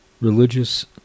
religious